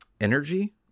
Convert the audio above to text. energy